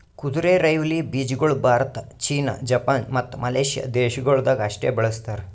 ಕುದುರೆರೈವಲಿ ಬೀಜಗೊಳ್ Bharat, China, Japan, ಮತ್ತ ಮಲೇಷ್ಯಾ ದೇಶಗೊಳ್ದಾಗ್ ಅಷ್ಟೆ ಬೆಳಸ್ತಾರ್